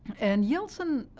and yeltsin